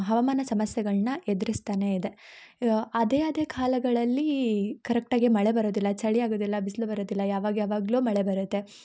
ಹವಾಮಾನ ಸಮಸ್ಯೆಗಳನ್ನ ಎದುರಿಸ್ತಲೇ ಇದೆ ಅದೇ ಅದೇ ಕಾಲಗಳಲ್ಲಿ ಕರೆಕ್ಟಾಗೆ ಮಳೆ ಬರೋದಿಲ್ಲ ಚಳಿ ಆಗೋದಿಲ್ಲ ಬಿಸ್ಲು ಬರೋದಿಲ್ಲ ಯಾವಾಗ್ಯಾವಾಗಲೋ ಮಳೆ ಬರುತ್ತೆ